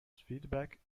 feedback